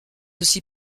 aussi